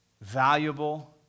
valuable